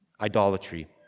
Idolatry